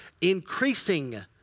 Increasing